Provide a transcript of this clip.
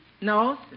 No